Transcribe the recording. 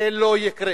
זה לא יקרה.